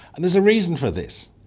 and there's a reason for this,